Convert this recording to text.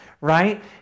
right